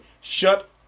Shut